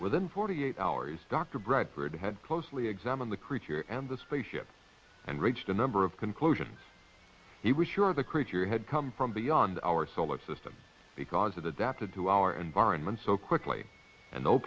within forty eight hours dr brad bird had closely examined the creature and the spaceship and reached a number of conclusions he was sure the creature had come from beyond our solar system because it adapted to our environment so quickly and